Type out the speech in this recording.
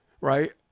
right